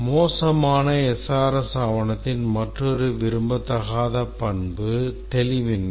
மோசமான SRS ஆவணத்தின் மற்றொரு விரும்பத்தகாத பண்பு தெளிவின்மை